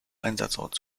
einsatzort